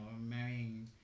marrying